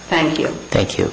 thank you thank you